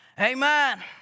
amen